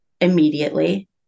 immediately